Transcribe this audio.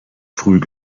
früh